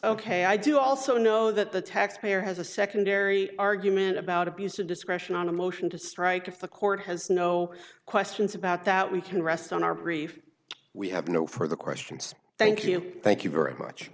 ok i do also know that the taxpayer has a secondary argument about abuse of discretion on a motion to strike if the court has no questions about that we can rest on our brief we have no further questions thank you thank you very much